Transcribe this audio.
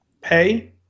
pay